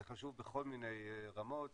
זה חשוב בכל מיני רמות,